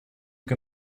que